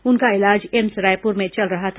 उनका इलाज एम्स रायपुर में चल रहा था